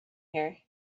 here